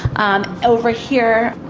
um over here,